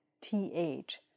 TH